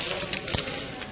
Hvala.